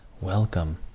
Welcome